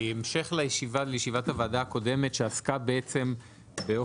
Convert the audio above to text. בהמשך לישיבת הוועדה הקודמת שעסקה באופן